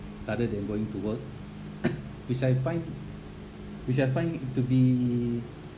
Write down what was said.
rather than going to work which I find which I find to be